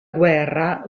guerra